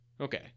okay